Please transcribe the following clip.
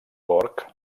gorg